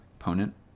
opponent